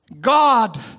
God